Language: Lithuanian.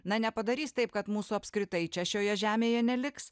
na nepadarys taip kad mūsų apskritai čia šioje žemėje neliks